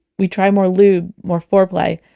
we try more lube, more foreplay.